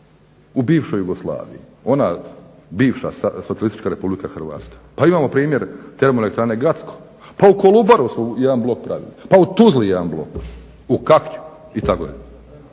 u bivšoj Jugoslaviji. Ona bivša Socijalistička Republika Hrvatska. Pa imamo primjer TE Gacko, pa u Kolubaru su jedan blok pravili, pa u Tuzli jedan blok, u Kaknju itd.